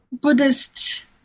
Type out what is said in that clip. Buddhist